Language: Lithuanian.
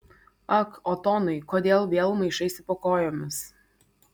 ak otonai kodėl vėl maišaisi po kojomis